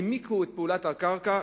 העמיקו את פעולת הקרקע,